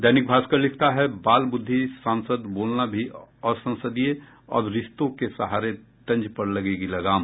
दैनिक भास्कर लिखता है बालबुद्धि सांसद बोलना भी असंसदीय अब रिश्तों के सहारे तंज पर लगेगी लगाम